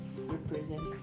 represents